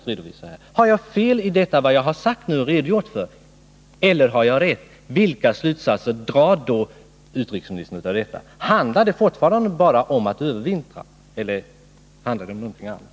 Har jag fel eller har jag rätt, och vilka slutsatser drar utrikesministern? Handlar det fortfarande bara om att övervintra eller rör det sig om någonting annat?